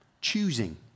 choosing